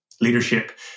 leadership